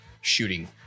shooting